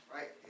Right